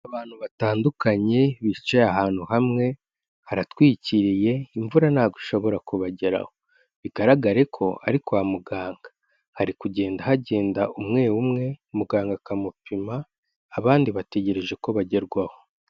Abantu batandukanye bicaye ahantu hamwe, haratwikiriye imvura ntabwo ishobora kubageraho, bigaragare ko ari kwa muganga, hari kugenda hagenda umwumwe muganga akamupima, abandi bategereje ko bagerwaho.